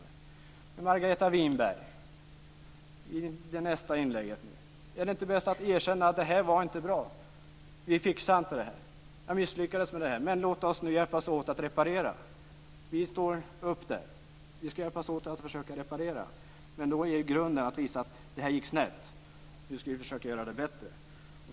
Men Margareta Winberg: Är det inte bäst att erkänna att detta inte var bra, att man inte fixade det här utan att man misslyckades? Låt oss nu hjälpas åt att reparera misslyckandet. Vi kristdemokrater ställer upp på att försöka att reparera skadorna. Men då är det grundläggande att inse att det hela gick snett och att man nu måste försöka att göra det bättre.